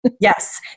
Yes